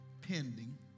pending